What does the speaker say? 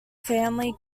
family